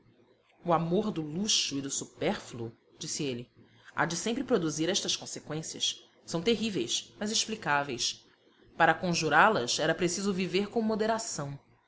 o amor do luxo e do supérfluo disse ele há de sempre produzir estas conseqüências são terríveis mas explicáveis para conjurá las era preciso viver com moderação